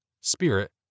Spirit